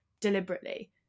deliberately